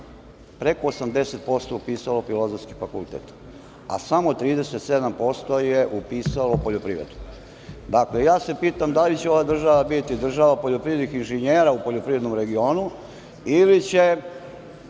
preko 80% je upisalo Filozofski fakultet, a samo 37% je upisalo poljoprivredu. Ja se pitam da li će ova država biti država poljoprivrednih inženjera u poljoprivrednom regionu ili će